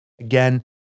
Again